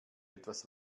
etwas